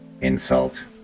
Insult